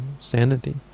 sanity